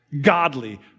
godly